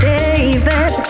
David